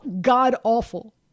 god-awful